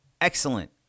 excellent